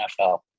NFL